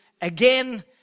again